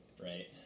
Right